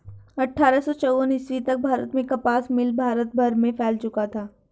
अट्ठारह सौ चौवन ईस्वी तक भारत में कपास मिल भारत भर में फैल चुका था